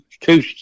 two